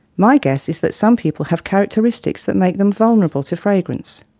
my guess is that some people have characteristics that make them vulnerable to fragrance.